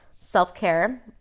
self-care